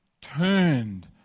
Turned